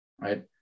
right